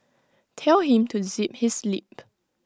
tell him to zip his lip